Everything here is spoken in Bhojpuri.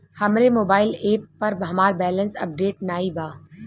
हमरे मोबाइल एप पर हमार बैलैंस अपडेट नाई बा